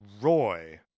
Roy